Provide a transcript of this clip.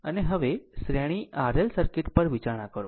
હવે શ્રેણી R L circuit પર વિચારણા કરો